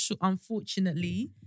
unfortunately